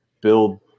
build